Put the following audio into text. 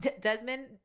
Desmond